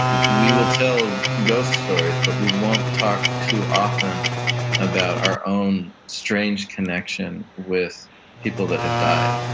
we will tell ghost stories, but we won't talk too often about our own strange connection with people that have died.